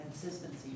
consistency